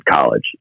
college